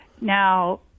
Now